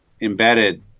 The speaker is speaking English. embedded